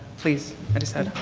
please adisada.